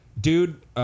dude